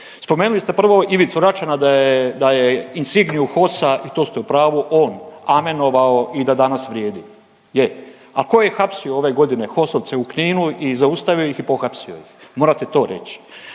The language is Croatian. Spomenuli ste prvo Ivicu Račana da je insigniu HOS-a i to ste u pravu on amenovao i da danas vrijedi. Je, a tko je hapsio ove godine HOS-ovce u Kninu i zaustavio ih i pohapsio ih? Morate to reći.